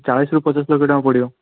ଚାଳିଶରୁ ପଚାଶ ଲକ୍ଷ ଟଙ୍କା ପଡ଼ିବ